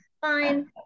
fine